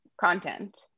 content